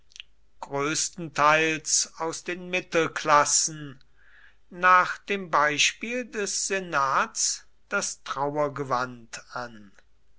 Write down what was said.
größtenteils aus den mittelklassen nach dem beispiel des senats das trauergewand an